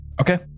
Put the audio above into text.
Okay